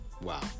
Wow